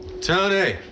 Tony